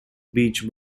beach